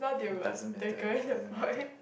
doesn't matter it doesn't matter